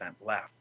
left